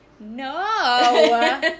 No